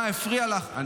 חצוף.